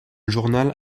journal